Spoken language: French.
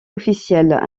officiels